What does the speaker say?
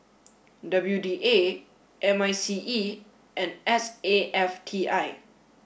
W D A M I C E and S A F T I